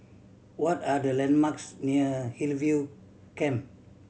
what are the landmarks near Hillview Camp